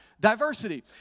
diversity